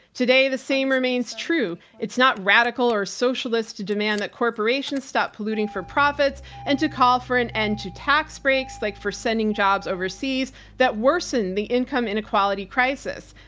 today, the same remains true. true. it's not radical or socialist to demand that corporation stop polluting for profits and to call for an end to tax breaks like for sending jobs overseas that worsen the income inequality crisis.